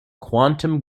quantum